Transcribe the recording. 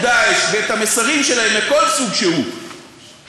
"דאעש" ואת המסרים שלהם מכל סוג שהוא מהרשת,